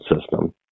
System